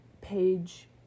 page